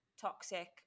toxic